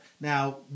Now